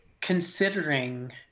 Considering